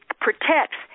protects